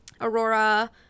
Aurora